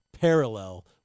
parallel